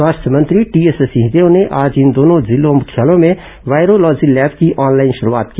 स्वास्थ्य मंत्री टीएस सिंहदेव ने आज इन दोनों जिला मुख्यालयों में वायरोलॉजी लैब की ऑनलाइन शुरूआत की